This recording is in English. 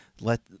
let